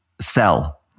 sell